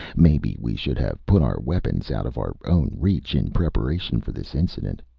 maybe we should have put our weapons out of our own reach, in preparation for this incident.